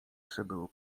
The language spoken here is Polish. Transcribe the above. przybył